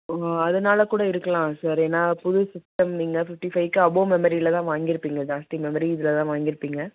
ஆ அதனால கூட இருக்கலாம் சார் ஏன்னால் புது சிஸ்டம் நீங்கள் ஃபிஃப்டி ஃபைவ்க்கு அபோவ் மெமரியில் தான் வாங்கியிருப்பிங்க ஜாஸ்த்தி மெமரி இதில் தான் வாங்கியிருப்பிங்க